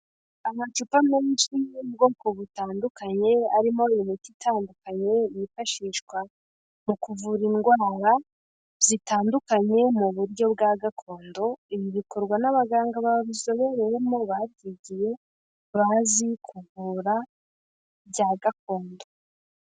Amacupa menshi yo mu bwoko butandukanye arimo imiti itandukanye yifashishwa mu kuvura indwara zitandukanye mu buryo bwa gakondo, ibi bikorwa n'abaganga babizobereyemo babyigiye, bazi kuvura bya gakondo.